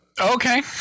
Okay